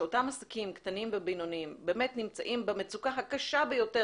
שאותם עסקים קטנים ובינוניים באמת נמצאים במצוקה הקשה ביותר